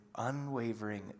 unwavering